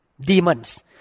demons